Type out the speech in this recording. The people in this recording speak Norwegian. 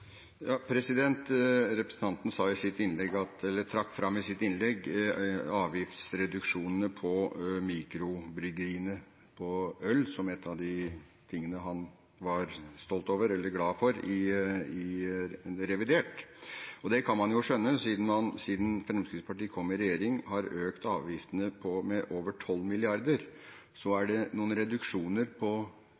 Representanten trakk fram i sitt innlegg avgiftsreduksjonene for mikrobryggeriene som produserer øl, som en av de tingene han var stolt over eller glad for i revidert. Det kan man jo skjønne, siden man siden Fremskrittspartiet kom i regjering, har økt avgiftene med over 12 mrd. kr. Så er